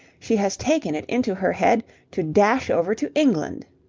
she has taken it into her head to dash over to england.